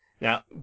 Now